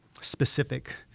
specific